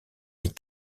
les